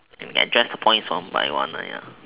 ya you just point some by one ah ya